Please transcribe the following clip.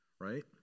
right